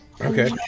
Okay